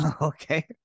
Okay